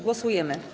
Głosujemy.